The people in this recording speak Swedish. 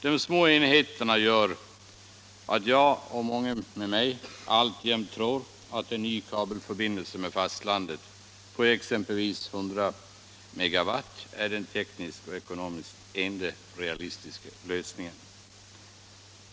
De små enheterna gör att jag och många med mig alltjämt tror att en ny kabelförbindelse med fastlandet på exempelvis 100 megawatt är den tekniskt och ekonomiskt enda realistiska lösningen.